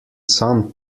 some